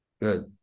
Good